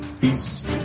Peace